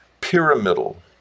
pyramidal